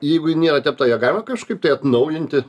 jeigu ji nėra tepta ją galima kažkaip tai atnaujinti